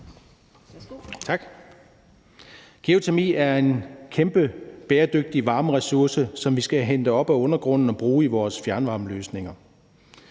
Geotermi er en kæmpe bæredygtig varmeressource, som vi skal hente op af undergrunden og bruge i vores fjernvarmeløsninger.